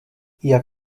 jak